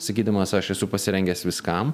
sakydamas aš esu pasirengęs viskam